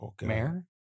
mayor